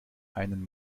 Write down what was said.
einen